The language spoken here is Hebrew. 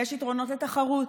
יש יתרונות לתחרות.